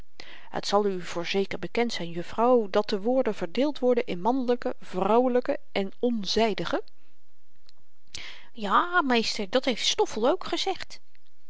het zal u voorzeker bekend zyn juffrouw dat de woorden verdeeld worden in mannelyke vrouwelyke en onzydige ja meester dat heeft stoffel ook gezegd